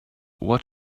what